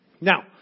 Now